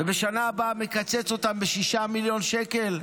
ובשנה הבאה מקצץ אותן ב-6 מיליון שקל.